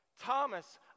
Thomas